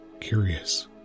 Curious